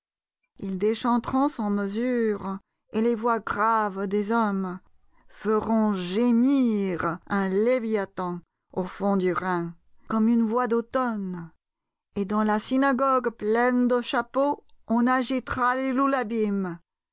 ils déchanteront sans mesure et les voix graves des hommes feront gémir un léviathan au fond du rhin comme une voix d'automne et dans la synagogue pleine de chapeaux on agitera les loulabim